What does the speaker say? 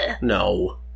No